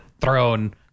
throne